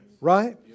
Right